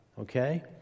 Okay